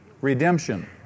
redemption